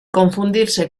confundirse